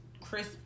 chris